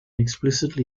explicitly